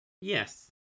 Yes